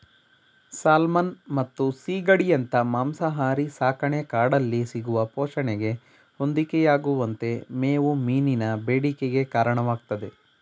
salmon ಮತ್ತು ಸೀಗಡಿಯಂತ ಮಾಂಸಾಹಾರಿ ಸಾಕಣೆ ಕಾಡಲ್ಲಿ ಸಿಗುವ ಪೋಷಣೆಗೆ ಹೊಂದಿಕೆಯಾಗುವಂತೆ ಮೇವು ಮೀನಿನ ಬೇಡಿಕೆಗೆ ಕಾರಣವಾಗ್ತದೆ